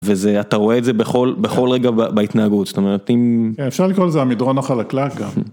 ואתה רואה את זה בכל רגע בהתנהגות, זאת אומרת אם... אפשר לקרוא לזה המדרון החלקלק גם.